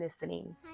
listening